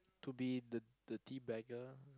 to be the the tea bagger